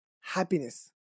happiness